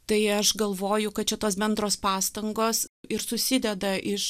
tai aš galvoju kad čia tos bendros pastangos ir susideda iš